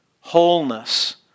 wholeness